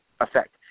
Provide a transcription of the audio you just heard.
effect